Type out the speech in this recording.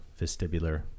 vestibular